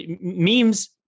memes